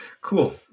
Cool